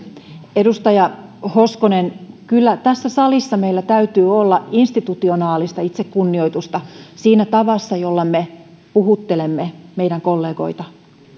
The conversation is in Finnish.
edustaja hoskonen kyllä tässä salissa meillä täytyy olla institutionaalista itsekunnioitusta siinä tavassa jolla me puhuttelemme meidän kollegoitamme